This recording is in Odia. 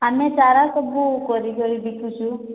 ଆମେ ଚାରା ସବୁ କରି କରି ବିକୁଛୁ